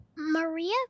Maria